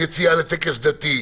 יציאה לטקס דתי,